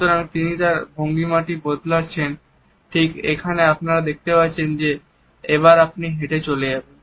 সুতরাং তিনি তার ভঙ্গিমাটি বদলাচ্ছেন ঠিক এখানে আপনারা দেখতে পাচ্ছেন তিনি এবার হেঁটে চলে যাবেন